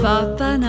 Papa